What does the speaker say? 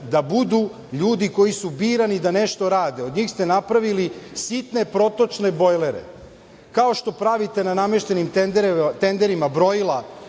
da budu ljudi koji su birani da nešto rade. Od njih ste napravili sitne protočne bojlere, kao što pravite na nameštenim tenderima brojila